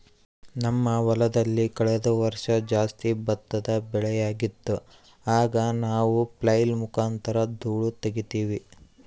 ನಮ್ಮ ಹೊಲದಲ್ಲಿ ಕಳೆದ ವರ್ಷ ಜಾಸ್ತಿ ಭತ್ತದ ಬೆಳೆಯಾಗಿತ್ತು, ಆಗ ನಾವು ಫ್ಲ್ಯಾಯ್ಲ್ ಮುಖಾಂತರ ಧೂಳು ತಗೀತಿವಿ